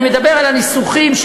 אני מדבר על הניסוחים,